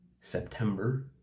September